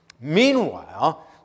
Meanwhile